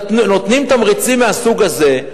נותנים תמריצים מהסוג הזה.